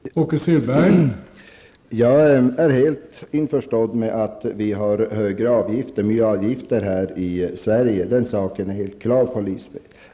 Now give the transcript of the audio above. Herr talman! Jag är helt införstådd med att vi har högre miljöavgifter här i Sverige, den saken är helt klar.